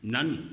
None